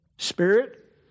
Spirit